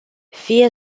fie